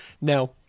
No